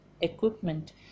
equipment